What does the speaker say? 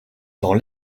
dans